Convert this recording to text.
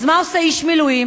אז מה עושה איש מילואים